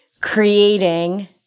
creating